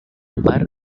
par